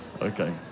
Okay